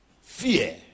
Fear